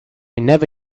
never